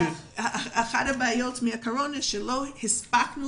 אחת הבעיות בזמן הקורונה היא שלא הספקנו